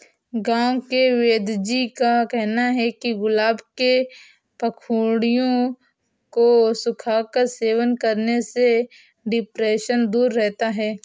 गांव के वेदजी का कहना है कि गुलाब के पंखुड़ियों को सुखाकर सेवन करने से डिप्रेशन दूर रहता है